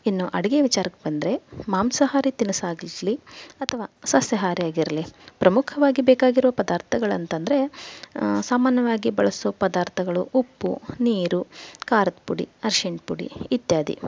ಇನ್ನು ಅಡಿಗೆ ವಿಚಾರಕ್ಕೆ ಬಂದರೆ ಮಾಂಸಾಹಾರಿ ತಿನಿಸಾಗಿರಲಿ ಅಥವಾ ಸಸ್ಯಾಹಾರಿಯಾಗಿರಲಿ ಪ್ರಮುಖವಾಗಿ ಬೇಕಾಗಿರೋ ಪದಾರ್ಥಗಳಂತಂದರೆ ಸಾಮಾನ್ಯವಾಗಿ ಬಳಸುವ ಪದಾರ್ಥಗಳು ಉಪ್ಪು ನೀರು ಖಾರದ ಪುಡಿ ಅರಿಸಿನ ಪುಡಿ ಇತ್ಯಾದಿ